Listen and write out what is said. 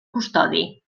custodi